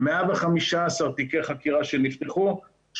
115 תיקי חקירה שנפתחו,